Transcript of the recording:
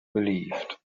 relieved